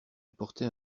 apportait